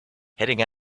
heading